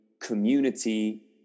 community